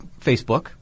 Facebook